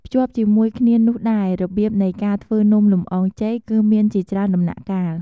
ភ្ជាប់ជាមួយគ្នានោះដែរ របៀបនៃការធ្វើនំលម្អងចេកគឺមានជាច្រើនដំណាក់កាល។